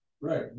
right